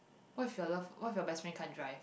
what if your love what if your best friend can't drive